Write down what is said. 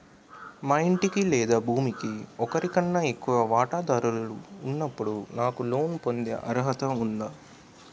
మా ఇంటికి లేదా భూమికి ఒకరికన్నా ఎక్కువ వాటాదారులు ఉన్నప్పుడు నాకు లోన్ పొందే అర్హత ఉందా?